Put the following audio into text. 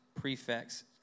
prefects